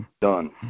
Done